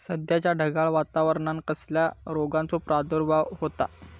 सध्याच्या ढगाळ वातावरणान कसल्या रोगाचो प्रादुर्भाव होता?